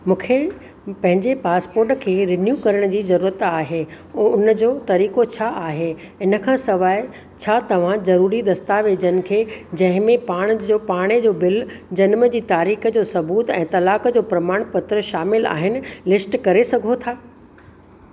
मूंखे पंहिंजे पासपोर्ट खे रिन्यू करण जी ज़रूरत आहे ओ उनजो तरीक़ो छा आहे इनखां सवाइ छा तव्हां ज़रूरी दस्तावेज़नि खे जंहिंमें पाण जो पाणी जो बिल जनम जी तारीख़ जो सबूत ऐं तलाक जो प्रमाणपत्र शामिलु आहिनि लिस्ट करे सघो था